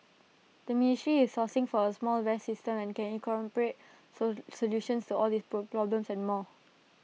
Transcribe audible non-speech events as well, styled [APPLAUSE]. the ministry is sourcing for A smart vest system that can incorporate [UNINTELLIGIBLE] solutions to all these pro problems and more